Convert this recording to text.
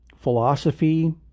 philosophy